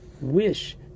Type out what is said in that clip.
wish